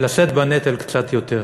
לשאת בנטל קצת יותר.